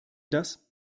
das